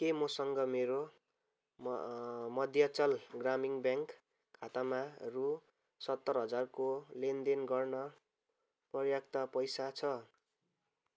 के मसँग मेरो मध्याञ्चल ग्रामीण ब्याङ्क खातामा रु सत्तर हजारको लेनदेन गर्न पर्याप्त पैसा छ